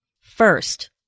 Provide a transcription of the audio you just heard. First